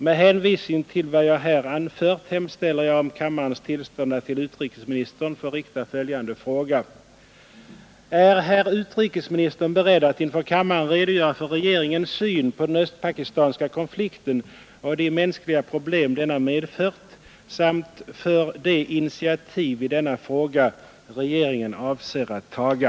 Med hänvisning till vad jag här anfört hemställer jag om kammarens tillstånd att till herr utrikesministern få rikta följande fråga: Är herr utrikesministern beredd att inför kammaren redogöra för regeringens syn på den östpakistanska konflikten och de mänskliga problem denna medfört samt för de initiativ i denna fråga regeringen avser att taga?